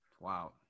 Wow